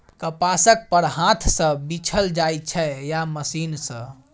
कपासक फर हाथ सँ बीछल जाइ छै या मशीन सँ